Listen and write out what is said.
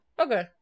Okay